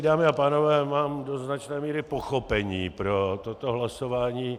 Dámy a pánové, mám do značné míry pochopení pro toto hlasování.